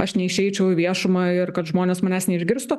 aš neišeičiau į viešumą ir kad žmonės manęs neišgirstų